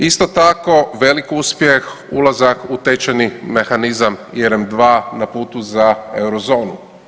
Isto tako, velik uspjeh ulazak u tečajni mehanizma ERM II na putu za eurozonu.